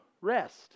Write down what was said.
rest